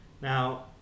Now